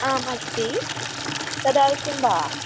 आम् अस्ति तद् अवश्यं वा